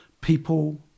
people